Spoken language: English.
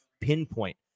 pinpoint